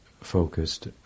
focused